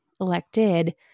elected